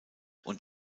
und